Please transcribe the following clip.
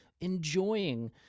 enjoying